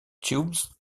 tubes